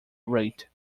rate